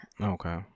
okay